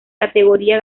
categoría